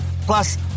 Plus